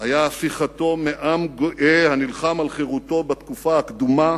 היה הפיכתו מעם גאה הנלחם על חירותו בתקופה הקדומה